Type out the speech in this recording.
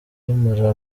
rumara